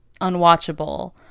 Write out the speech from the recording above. Unwatchable